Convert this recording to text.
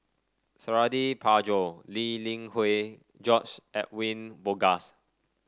Suradi Parjo Lee Li Hui George Edwin Bogaars